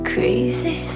Crazy